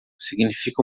significa